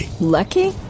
lucky